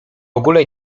ogóle